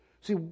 See